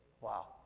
Wow